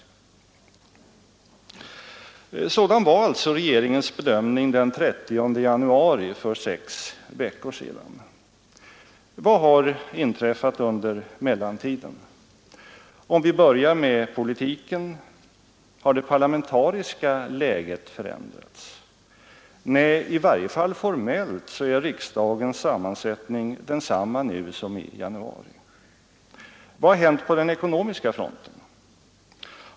Sådan var alltså regeringens bedömning den 30 januari — för sex veckor sedan. Vad har inträffat under mellantiden? Om vi börjar med politiken — har det parlamentariska läget förändrats? Nej, i varje fall formellt är riksdagens sammansättning densamma nu som i januari. Vad har hänt på den ekonomiska fronten?